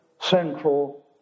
central